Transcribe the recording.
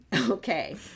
Okay